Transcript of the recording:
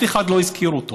אף אחד לא הזכיר אותו